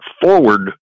forward